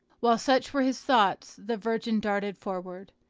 while such were his thoughts, the virgin darted forward.